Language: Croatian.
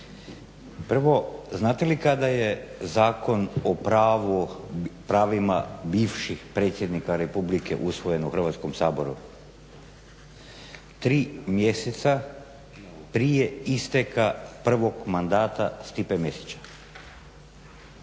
Prvo, znate li kada je Zakon o pravu, pravima bivših predsjednika republike usvojen u Hrvatskom saboru? 3 mjeseca prije isteka prvog mandata Stipe Mesića,